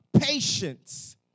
Patience